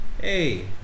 Hey